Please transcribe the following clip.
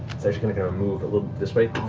it's actually going to move a little this way